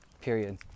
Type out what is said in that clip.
period